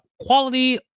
quality